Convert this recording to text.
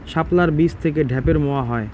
শাপলার বীজ থেকে ঢ্যাপের মোয়া হয়?